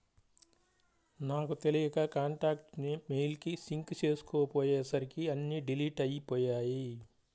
నాకు తెలియక కాంటాక్ట్స్ ని మెయిల్ కి సింక్ చేసుకోపొయ్యేసరికి అన్నీ డిలీట్ అయ్యిపొయ్యాయి